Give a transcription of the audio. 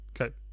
okay